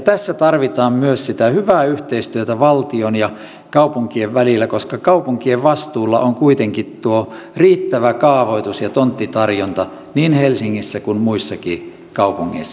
tässä tarvitaan myös sitä hyvää yhteistyötä valtion ja kaupunkien välillä koska kaupungin vastuulla on kuitenkin tuo riittävä kaavoitus ja tonttitarjonta niin helsingissä kuin muissakin kaupungeissa